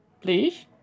please